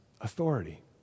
authority